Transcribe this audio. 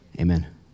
Amen